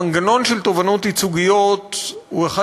המנגנון של תובענות ייצוגיות הוא אחד